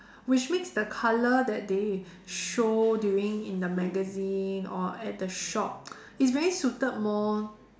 which makes the colour that they show during in the magazine or at the shop is very suited more